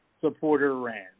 supporter-ran